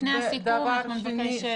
לפני הסיכום אנחנו נבקש התייחסויות.